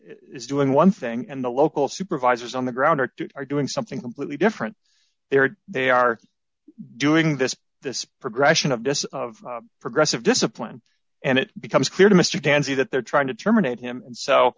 is doing one thing and the local supervisors on the ground are doing something completely different there they are doing this this progression of this of progressive discipline and it becomes clear to mr tanzi that they're trying to terminate him